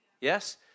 Yes